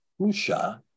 Husha